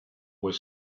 were